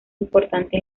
importante